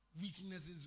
weaknesses